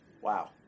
Wow